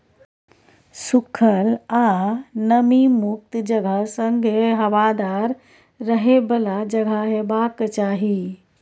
सुखल आ नमी मुक्त जगह संगे हबादार रहय बला जगह हेबाक चाही